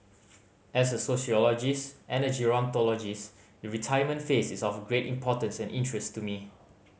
as a sociologist and a gerontologist the retirement phase is of great importance and interest to me